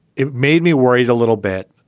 it made me worried a little bit.